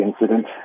incident